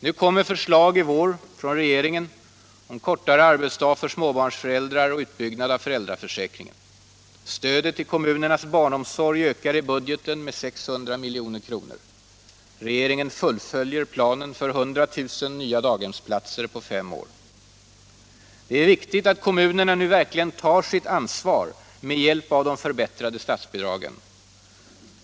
Nu kommer förslag från regeringen om kortare arbetsdag för småbarnsföräldrar och utbyggnad av föräldraförsäkringen. Stödet till kommunernas barnomsorg ökar i budgeten med 600 milj.kr. Regeringen fullföljer planen för 100 000 nya daghemsplatser på fem år. Det är viktigt att kommunerna nu verkligen tar sitt ansvar med hjälp av de förbättrade statsbidragen.